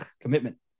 commitment